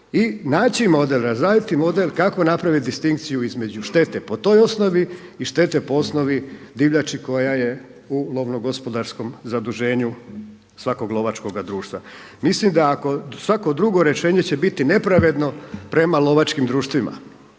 i naći model, razraditi model kako napraviti distinkciju između štete po toj osnovi i štete po osnovi divljači koja je u lovno gospodarskom zaduženju svakog lovačkoga društva. Mislim da ako, svako drugo rješenje će biti nepravedno prema lovačkim društvima